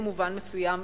במובן מסוים,